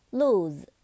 lose